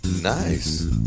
nice